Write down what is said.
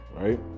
right